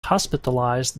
hospitalized